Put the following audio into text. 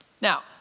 Now